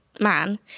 man